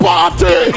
Party